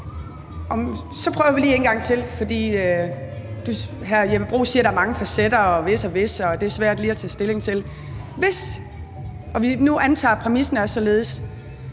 Så prøver vi lige en gang til. Hr. Jeppe Bruus siger, at der er mange facetter og hvis og hvis, og at det er svært lige at tage stilling til. Hvis vi nu antager, at præmissen er således,